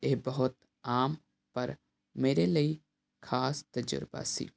ਇਹ ਬਹੁਤ ਆਮ ਪਰ ਮੇਰੇ ਲਈ ਖਾਸ ਤਜੁਰਬਾ ਸੀ